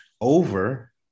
over